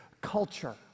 culture